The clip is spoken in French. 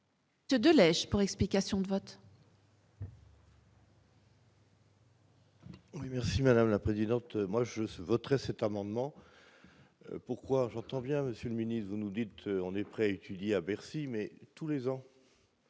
année. De lèche pour explication de vote. Merci madame la présidente, moi je voterai cet amendement pourquoi j'entends bien, Monsieur le Ministre, vous nous dites, on est prêt à étudier, à Bercy, mais tous les ans